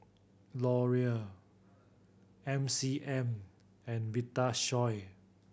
Laurier M C M and Vitasoy